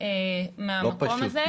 מהמקום הזה.